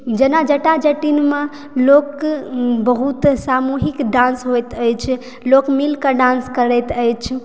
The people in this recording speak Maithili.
जेना जटा जटिनमे लोक बहुत सामूहिक डान्स होइत अछि लोक मिल कऽ डान्स करैत अछि